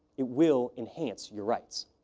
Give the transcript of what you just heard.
it will enhance your rights.